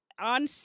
On